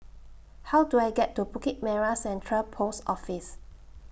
How Do I get to Bukit Merah Central Post Office